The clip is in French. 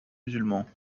musulmans